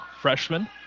Freshman